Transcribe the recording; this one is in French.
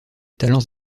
talents